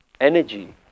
energy